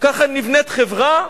ככה נבנית חברה?